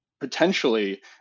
Potentially